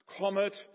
comet